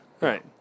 right